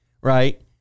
right